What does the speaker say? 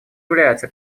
является